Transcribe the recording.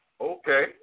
Okay